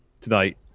tonight